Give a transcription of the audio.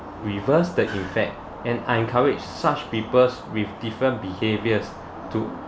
reverse the effect and encourage such peoples with different behaviors to